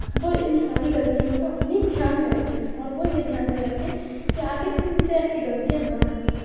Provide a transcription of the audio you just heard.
وہ ان ساری غلطیوں کو اپنی دھیان میں رکھیں اور وہ یہ دھیان میں رکھیں کہ آگے سے ان سے ایسی غلطیاں نہ ہوں